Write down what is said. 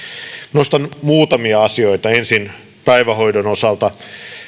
nostan muutamia asioita ensin päivähoidon osalta